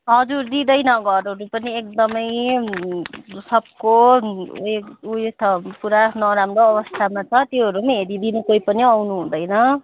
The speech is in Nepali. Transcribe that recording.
हजुर दिँदैन घरहरू पनि एकदमै सबैको ऊ यो ऊ यो छ पुरा नराम्रो अवस्थामा छ त्योहरू नि हेरिदिनु कोही पनि आउनु हुँदैन